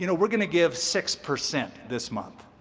you know we're going to give six percent this month.